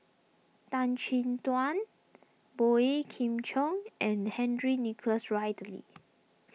Tan Chin Tuan Boey Kim Cheng and Henry Nicholas Ridley